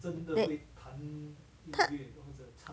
that 他